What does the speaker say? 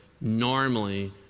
normally